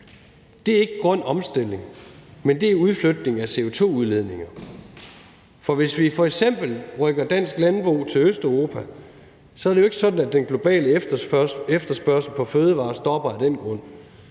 Det er ikke grøn omstilling, men udflytning af CO2-udledninger. For hvis vi f.eks. rykker dansk landbrug til Østeuropa, er det jo ikke sådan, at den globale efterspørgsel på fødevarer stopper af den grund,